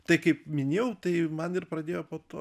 tai kaip minėjau tai man ir pradėjo po to